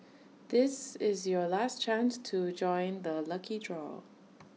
this is your last chance to join the lucky draw